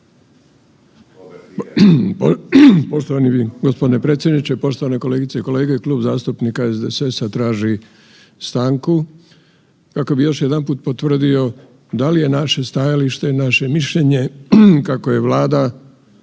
Poštovani g. predsjedniče, poštovane kolegice i kolege. Klub zastupnika SDSS-a traži stanku kako bi još jedanput potvrdio da li je naše stajalište i naše mišljenje kako je Vlada